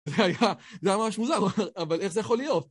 זה היה ממש מוזר, אבל איך זה יכול להיות?